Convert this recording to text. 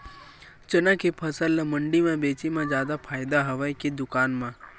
चना के फसल ल मंडी म बेचे म जादा फ़ायदा हवय के दुकान म?